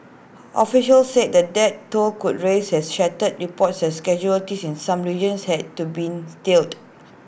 officials said the death toll could rise as scattered reports as schedule in some regions had to been tallied